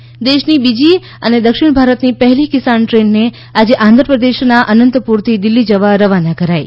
કિસાન rail દેશની બીજી અને દક્ષિણ ભારતની પહેલી કિસાન ટ્રેનને આજે આંધ્રપ્રદેશના અનંતપુરથી દિલ્ફી જવા રવાના કરાઇ